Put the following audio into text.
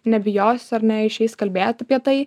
nebijos ar neišeis kalbėt apie tai